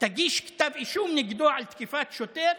תגיש כתב אישום נגדו על תקיפת שוטר,